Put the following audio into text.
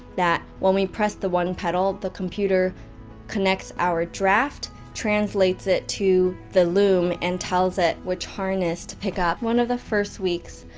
that when we press the one pedal, the computer connects our draft, translates it to the loom, and tells it which harness to pick up. one of the first week's,